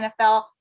NFL